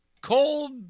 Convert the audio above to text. cold